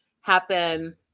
happen